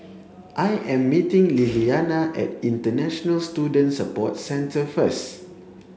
I am meeting Lilliana at International Student Support Centre first